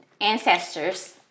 ancestors